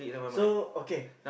so okay